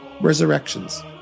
Resurrections